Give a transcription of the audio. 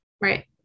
Right